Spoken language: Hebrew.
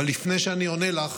אבל לפני שאני עונה לך,